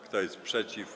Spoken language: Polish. Kto jest przeciw?